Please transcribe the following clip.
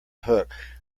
hook